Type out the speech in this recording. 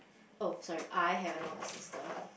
oh sorry I have an older sister